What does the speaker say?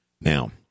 now